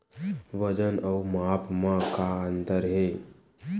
वजन अउ माप म का अंतर हे?